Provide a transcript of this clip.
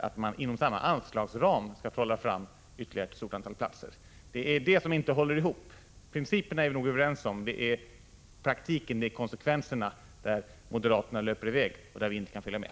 att man inom samma anslagsram skall trolla fram ytterligare ett stort antal platser. Det är i fråga om detta som ert resonemang inte håller. Principerna är vi nog överens om, det är i praktiken, i fråga om konsekvenserna, som moderaterna löper i väg och där vi inte kan följa med.